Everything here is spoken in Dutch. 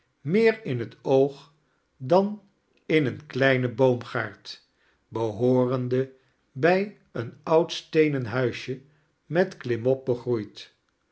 meer in het oog dan in een kleinen boomgaard behoorende bij een oud steenen huisje met klimop begroeid